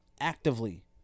Actively